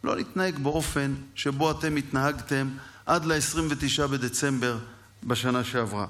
לא נתנהג באופן שבו אתם התנהגתם עד 29 בדצמבר בשנה שעברה.